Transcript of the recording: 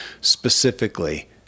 specifically